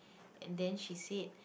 and then she said